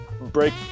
break